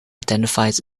identifies